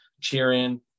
cheering